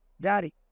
Daddy